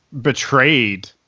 betrayed